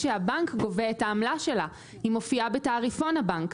היא מופיעה בתעריפון הבנק.